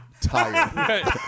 tired